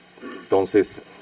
Entonces